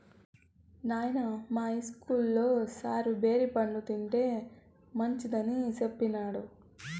నాయనా, మా ఇస్కూల్లో సారు బేరి పండ్లు తింటే మంచిదని సెప్పినాడు